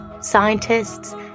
scientists